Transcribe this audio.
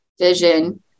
vision